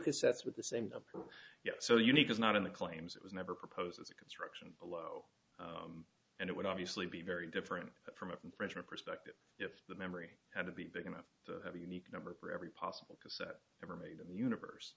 cassettes with the same approach yet so unique is not in the claims it was never proposed as a construction below and it would obviously be very different from a freshman perspective if the memory had to be big enough to have a unique number for every possible cassette ever made in the universe